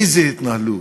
איזו התנהלות.